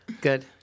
Good